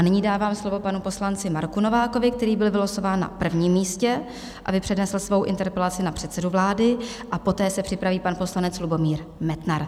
Nyní dávám slovo panu poslanci Marku Novákovi, který byl vylosován na prvním místě, aby přednesl svoji interpelaci na předsedu vlády, a poté se připraví pan poslanec Lubomír Metnar.